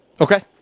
Okay